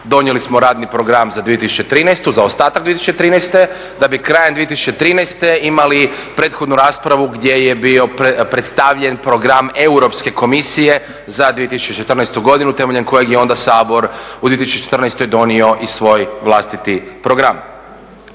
Donijeli smo radni program za 2013., za ostatak 2013., da bi krajem 2013. imali prethodnu raspravu gdje je bio predstavljen program Europske komisije za 2014. godinu temeljem kojeg je onda Sabor u 2014. donio i svoj vlastiti program.